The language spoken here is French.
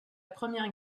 première